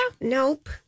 Nope